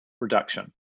reduction